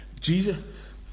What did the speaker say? Jesus